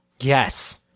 Yes